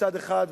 מצד אחד,